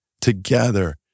together